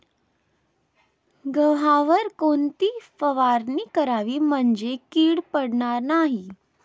गव्हावर कोणती फवारणी करावी म्हणजे कीड पडणार नाही?